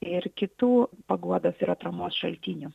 ir kitų paguodos ir atramos šaltinių